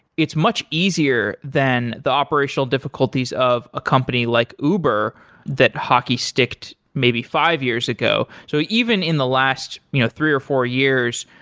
it's much easier than the operational difficulties of a company like uber that hockey sticked maybe five years ago. so even in the last you know three or four years,